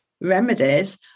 remedies